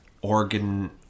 organ